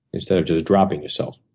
instead of just dropping yourself.